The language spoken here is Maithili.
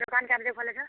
दोकान कए बजे खोलै छऽ